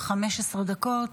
15 דקות.